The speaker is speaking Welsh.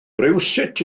rywsut